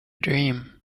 dream